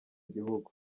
gihugu